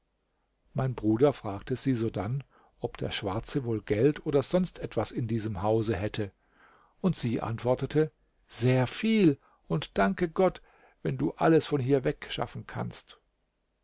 mein bruder fragte sie sodann ob der schwarze wohl geld oder sonst etwas in diesem hause hätte und sie antwortete sehr viel und danke gott wenn du alles von hier wegschaffen kannst